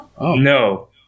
No